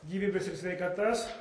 gyvybes ir sveikatas